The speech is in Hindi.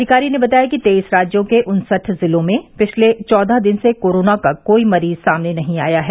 अधिकारी ने बताया कि तेइस राज्यों के उन्सठ जिलों में पिछले चौदह दिन से कोरोना का कोई मरीज सामने नहीं आया है